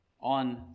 on